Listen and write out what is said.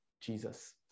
jesus